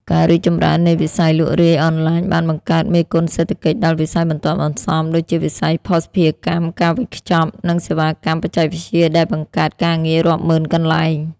ការរីកចម្រើននៃវិស័យលក់រាយអនឡាញបានបង្កើត មេគុណសេដ្ឋកិច្ច ដល់វិស័យបន្ទាប់បន្សំ ដូចជាវិស័យភស្តុភារកម្ម ការវេចខ្ចប់ និងសេវាកម្មបច្ចេកវិទ្យា ដែលបង្កើតការងាររាប់ម៉ឺនកន្លែង។